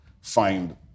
find